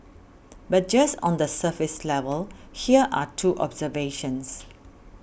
but just on the surface level here are two observations